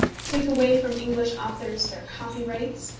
take away from english authors their copyrights,